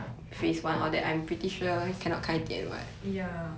ya